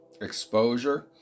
exposure